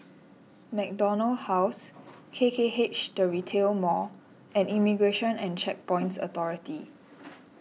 MacDonald House K K H the Retail Mall and Immigration and Checkpoints Authority